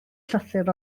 llythyr